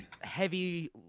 heavy